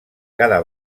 cada